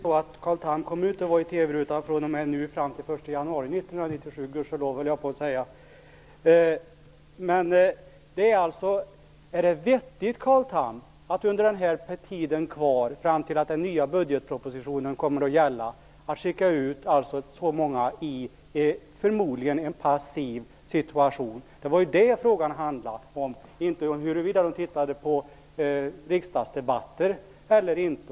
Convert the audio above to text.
Herr talman! Nu är det ju så att Carl Tham, gudskelov höll jag på att säga, inte kommer att vara i TV Är det vettigt Carl Tham, att fram till dess att den nya budgetpropositionen kommer att börja gälla skicka ut så många i en förmodligen passiv situation. Det var ju det frågan handlade om, inte om huruvida de tittade på riksdagsdebatter eller inte.